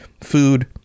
food